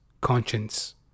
conscience